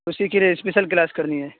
اسی کے لیے اسپیشل کلاس کرنی ہے